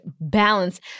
balance